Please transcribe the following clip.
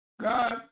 God